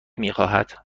میخواهد